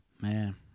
Man